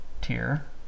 tier